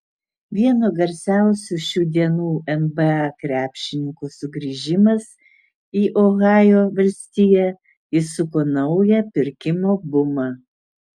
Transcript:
vieno garsiausių šių dienų nba krepšininkų sugrįžimas į ohajo valstiją įsuko naują pirkimo bumą